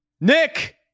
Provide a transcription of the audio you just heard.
Nick